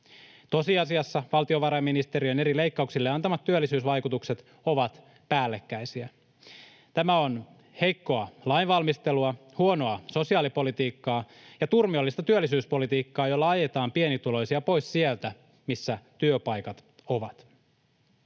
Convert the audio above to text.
Tosiasiassa valtiovarainministeriön eri leikkauksille antamat työllisyysvaikutukset ovat päällekkäisiä. Tämä on heikkoa lainvalmistelua, huonoa sosiaalipolitiikkaa ja turmiollista työllisyyspolitiikkaa, jolla ajetaan pienituloisia pois sieltä, missä työpaikat ovat.